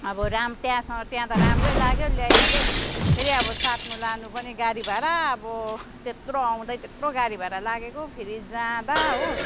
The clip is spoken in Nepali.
अब राम त्यहाँ त्यहाँ त राम्रै लाग्यो ल्याइहालियो फेरि अब साट्नु लानु पनि गाडी भाडा अब त्यत्रो आउँदै त्यत्रो गाडी भाडा लागेको फेरि जाँदा हो